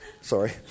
Sorry